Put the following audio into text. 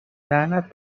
لعنت